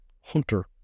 Hunter